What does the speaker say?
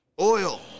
oil